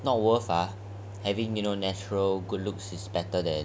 not worth ah I mean you know having natural good looks is better than